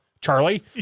Charlie